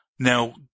Now